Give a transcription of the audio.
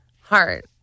heart